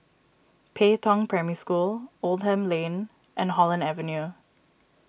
Pei Tong Primary School Oldham Lane and Holland Avenue